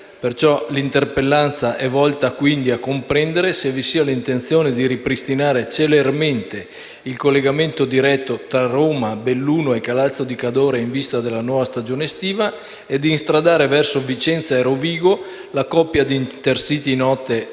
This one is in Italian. Pertanto l'interpellanza è volta a comprendere se vi sia l'intenzione di ripristinare celermente il collegamento diretto tra Roma, Belluno e Calalzo di Cadore, in vista della nuova stagione estiva, di instradare verso Vicenza e Rovigo la coppia di Intercity Notte